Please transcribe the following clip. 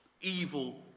evil